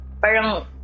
parang